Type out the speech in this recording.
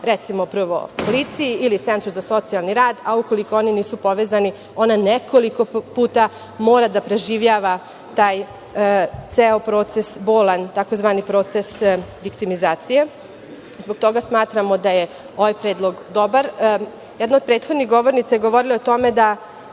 recimo prvo policiji ili Centru za socijalni rad, a ukoliko oni nisu povezani ona nekoliko puta mora da preživljava taj ceo proces bolan tzv. proces viktimizacije. Zbog toga smatramo da je ovaj predlog dobar. Jedna od prethodnih govornika je govorila o tome da